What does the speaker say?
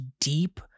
deep –